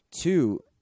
Two